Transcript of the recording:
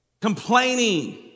complaining